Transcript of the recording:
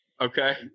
Okay